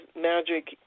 magic